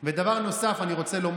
אבל כמובן שאנחנו,